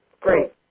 Great